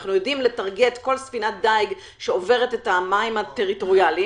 ואנחנו יודעים להגיע לכל ספינת דייג שעוברת את המים הטריטוריאליים,